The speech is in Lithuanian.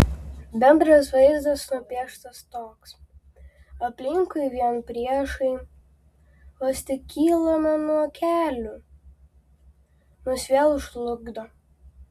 bendras vaizdas nupieštas toks aplinkui vien priešai vos tik kylame nuo kelių mus vėl žlugdo